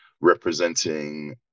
representing